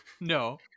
No